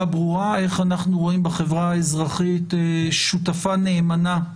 ברורה איך אנחנו רואים בחברה האזרחית שותפה נאמנה,